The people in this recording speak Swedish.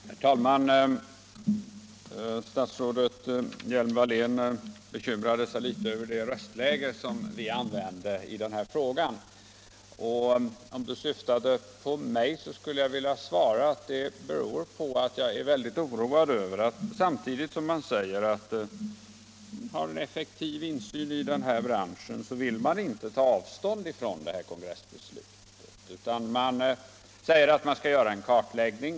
Herr talman! Statsrådet Hjelm-Wallén bekymrar sig över vårt röstläge i den här frågan. Om det syftade på mig skulle jag vilja svara, att det beror på att jag är väldigt oroad över att samtidigt som man säger att man har en effektiv insyn i den här branschen vill man inte ta avstånd från kongressbeslutet utan säger att man skall göra en kartläggning.